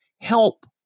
help